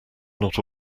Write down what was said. not